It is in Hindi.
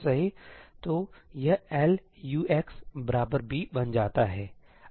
तो यह L Ux b बन जाता है